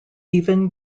even